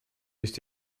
used